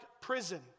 prison